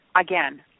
again